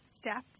step